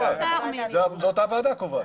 זה הוועדה קובעת.